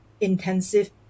intensive